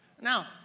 Now